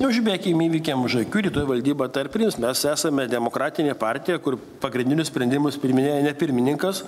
neužbėkim įvykiam už akių rytoj valdyba tą ir priims mes esame demokratinė partija kur pagrindinius sprendimus priiminėja ne pirmininkas